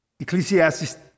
Ecclesiastes